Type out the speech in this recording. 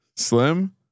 Slim